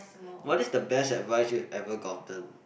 what is the best advice you have ever gotten